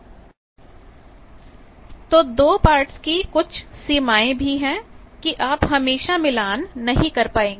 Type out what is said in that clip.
तो आपके पास कुछ भी गलत है लेकिन 2 पार्ट्स की कुछ सीमाएं भी है कि आप हमेशा मिलान नहीं कर पाएंगे